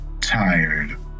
tired